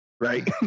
right